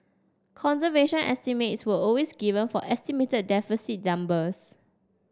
conservation estimates were always given for estimated deficit numbers